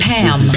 Pam